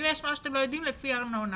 אם יש משהו שהרשות לא יודעת, אפשר לפי הארנונה.